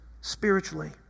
spiritually